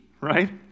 right